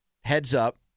heads-up